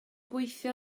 gweithio